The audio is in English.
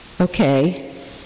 Okay